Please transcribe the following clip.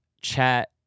chat